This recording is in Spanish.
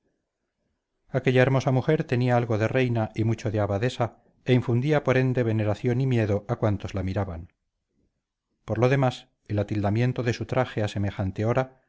aquella hermosa mujer tenía algo de reina y mucho de abadesa e infundía por ende veneración y miedo a cuantos la miraban por lo demás el atildamiento de su traje a semejante hora